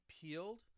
peeled